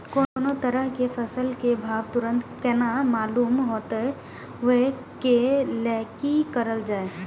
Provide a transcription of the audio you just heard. कोनो तरह के फसल के भाव तुरंत केना मालूम होते, वे के लेल की करल जाय?